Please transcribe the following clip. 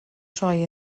troi